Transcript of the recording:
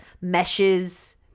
meshes